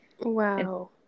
Wow